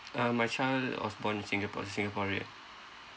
uh my child was born in singapore he's singaporean